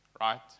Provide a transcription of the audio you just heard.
right